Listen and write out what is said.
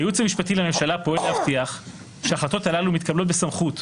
הייעוץ המשפטי לממשלה פועל להבטיח שההחלטות הללו מתקבלות בסמכות,